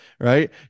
right